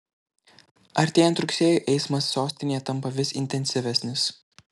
artėjant rugsėjui eismas sostinėje tampa vis intensyvesnis